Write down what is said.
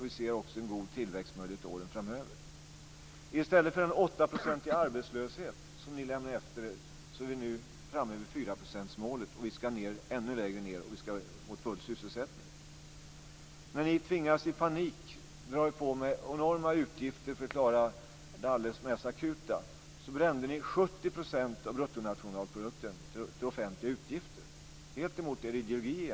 Vi ser också en god tillväxtmöjlighet åren framöver. Ni lämnade efter er en 8 procentig arbetslöshet. Nu är vi framme vid 4 procentsmålet. Vi ska ned ännu lägre, mot full sysselsättning. Ni tvingades att i panik dra på er enorma utgifter för att klara det allra mest akuta. Ni brände 70 % av bruttonationalprodukten till offentliga utgifter, helt emot er ideologi.